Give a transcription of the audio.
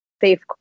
safe